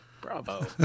Bravo